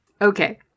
Okay